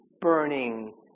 burning